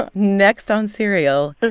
ah next on serial,